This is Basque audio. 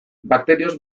bakterioz